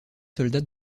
soldats